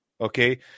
okay